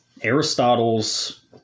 Aristotle's